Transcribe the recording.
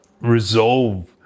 resolve